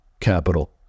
capital